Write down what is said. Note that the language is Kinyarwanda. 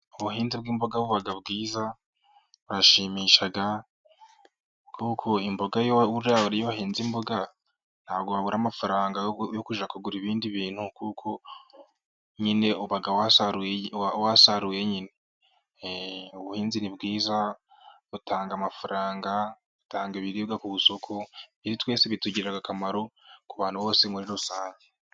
Ubuhinzi bw'imboga buba bwiza burashimisha kuko imboga, buriya iyo ba wanze imboga ntabwo wabura amafaranga yo kugura ibindi bintu kuko nyine uba wasaruye. Ubuhinzi ni bwiza butanga amafaranga, butanga ibiribwa ku isoko iyo twese bitugirira akamaro ku bantu bose muri rusange.